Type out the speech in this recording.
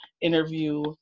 interview